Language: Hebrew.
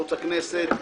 ערוץ הכנסת,